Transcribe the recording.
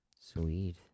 Sweet